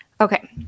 okay